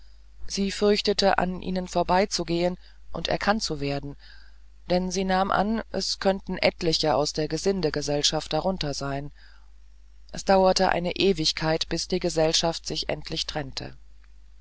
sie fürchtete an ihnen vorüberzugehen und erkannt zu werden denn sie nahm an es könnten etliche aus der gesindegesellschaft darunter sein es dauerte eine ewigkeit bis die gesellschaft sich endlich trennte